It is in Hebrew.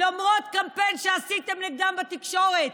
למרות קמפיין שעשיתם נגדן בתקשורת,